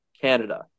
Canada